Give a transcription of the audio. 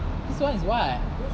this [one] is what